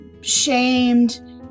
shamed